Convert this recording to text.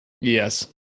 Yes